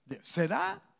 Será